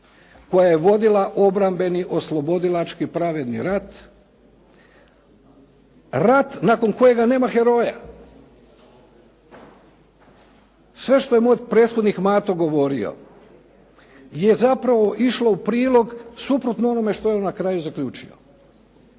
koja je vodila obrambeni oslobodilački pravedni rat. Rat nakon kojega nema heroja. Sve što je moj prethodnik Mato govorio je zapravo išlo u prilog suprotno onome što je na kraju zaključilo.